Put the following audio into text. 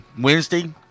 Wednesday